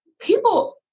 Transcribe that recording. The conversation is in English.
people